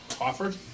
offered